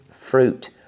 fruit